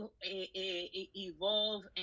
evolve